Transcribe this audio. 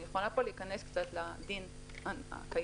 אני יכולה פה להיכנס לדין הקיים,